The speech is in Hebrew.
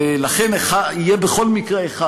לכן, יהיה בכל מקרה אחד.